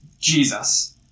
Jesus